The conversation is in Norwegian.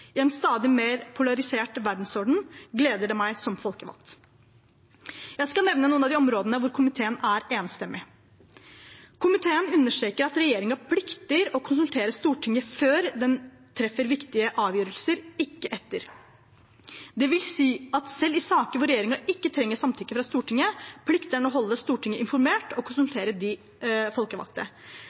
I en stadig mer polarisert verdensorden gleder det meg som folkevalgt. Jeg skal nevne noen av de områdene hvor komiteen er enstemmig. Komiteen understreker at regjeringen plikter å konsultere Stortinget før den treffer viktige avgjørelser, ikke etter. Det vil si at selv i saker hvor regjeringen ikke trenger samtykke fra Stortinget, plikter den å holde Stortinget informert og konsultere de folkevalgte.